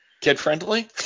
Kid-friendly